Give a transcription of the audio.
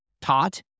taught